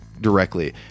directly